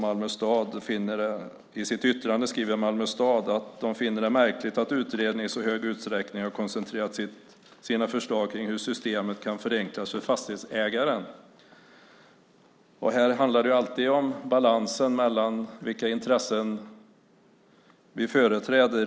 Malmö stad skriver i sitt yttrande att de finner det märkligt att utredningen i så stor utsträckning har koncentrerat sina förslag på hur systemet kan förenklas för fastighetsägaren. Här handlar det alltid om balansen mellan vilka intressen vi företräder.